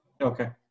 Okay